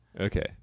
Okay